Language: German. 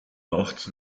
nachts